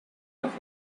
off